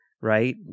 right